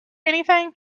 anything